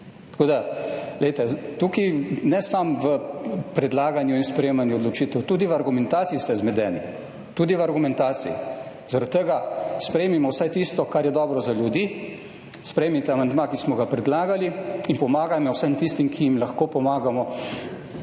Tako da glejte, tukaj ne samo v predlaganju in sprejemanju odločitev, tudi v argumentaciji ste zmedeni, tudi v argumentaciji. Zaradi tega sprejmimo vsaj tisto, kar je dobro za ljudi, sprejmite amandma, ki smo ga predlagali in pomagajmo vsem tistim, ki jim lahko pomagamo,